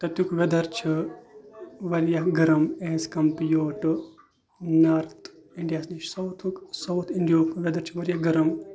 تَتیُٚک ویدَر چھِ واریاہ گَرَم ایز کَمپیٲڈ ٹو نارٕتھ اِنڈیاہَس نِش ساوتھُک ساوُتھ اِنڈِیہُک ویدَر چھِ واریاہ گَرَم